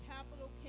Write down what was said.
Capital